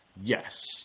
Yes